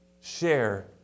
share